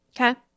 Okay